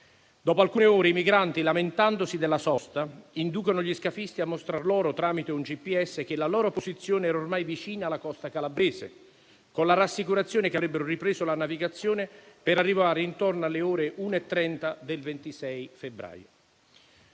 Dopo alcune ore, i migranti, lamentandosi della sosta, inducono gli scafisti a mostrare loro, tramite un GPS, che la loro posizione era ormai vicina alla costa calabrese, con la rassicurazione che avrebbero ripreso la navigazione per arrivare intorno alle ore 1,30 del 26 febbraio.